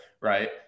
right